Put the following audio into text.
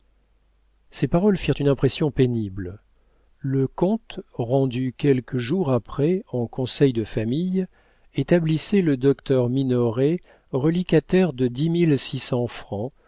ces paroles firent une impression pénible le compte rendu quelques jours après en conseil de famille établissait le docteur minoret reliquataire de